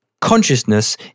consciousness